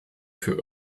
für